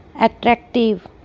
attractive